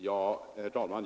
Herr talman!